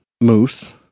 Moose